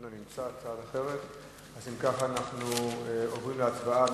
מכיוון שאין הצעה אחרת, אנחנו עוברים להצבעה.